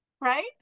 right